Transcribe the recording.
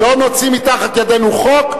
שלא נוציא מתחת ידינו חוק,